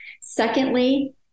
Secondly